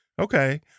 Okay